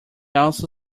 also